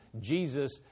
Jesus